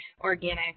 organic